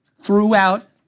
throughout